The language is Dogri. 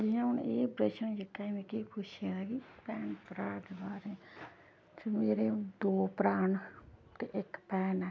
जियां हून एह् प्रश्न कीता मिगी पुच्छेआ कि भैन भ्राऽ दे बारे ते मेरे दो भ्राऽ न ते इक भैन ऐ